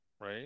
Right